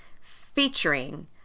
featuring